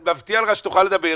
אני מבטיח לך שתוכל לדבר.